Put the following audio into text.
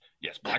yes